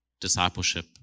discipleship